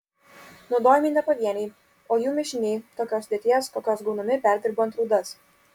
naudojami ne pavieniai o jų mišiniai tokios sudėties kokios gaunami perdirbant rūdas